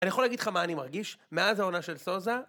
אני יכול להגיד לך מה אני מרגיש מאז העונה של סוזה?